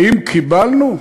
האם קיבלנו?